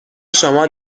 شما